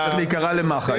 צריך להיקרא למח"ש,